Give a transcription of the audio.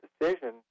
decision